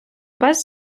без